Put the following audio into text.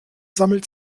sammelt